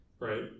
right